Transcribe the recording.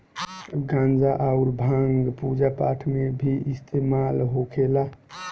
गांजा अउर भांग पूजा पाठ मे भी इस्तेमाल होखेला